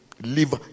Live